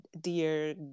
dear